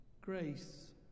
Grace